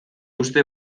uste